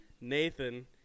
Nathan